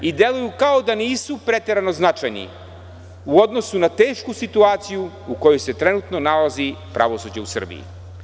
Deluju kao da nisu preterano značajni u odnosu na tešku situaciju u kojoj se trenutno nalazi pravosuđe u Srbiji.